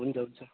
हुन्छ हुन्छ